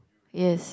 yes